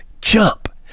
jump